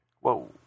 Whoa